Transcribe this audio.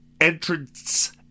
entrance